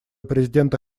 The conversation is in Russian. президента